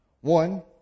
One